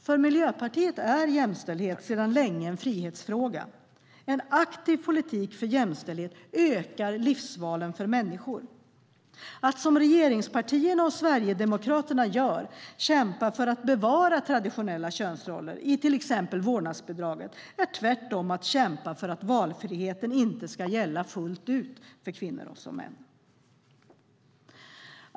För Miljöpartiet är jämställdhet sedan länge en frihetsfråga. En aktiv politik för jämställdhet ökar livsvalen för människor. Att, som regeringspartierna och Sverigedemokraterna gör, kämpa för att bevara traditionella könsroller till exempel beträffande vårdnadsbidraget är tvärtom att kämpa för att valfriheten inte ska gälla fullt ut för såväl kvinnor som män.